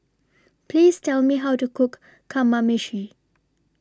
Please Tell Me How to Cook Kamameshi